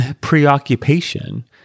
preoccupation